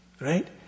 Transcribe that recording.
Right